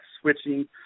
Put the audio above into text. switching